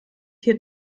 hier